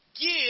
give